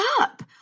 up